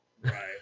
right